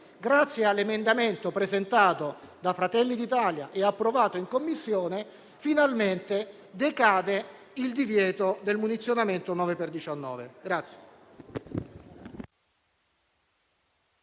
Grazie all'emendamento presentato da Fratelli d'Italia e approvato in Commissione finalmente decade il divieto del munizionamento 9 per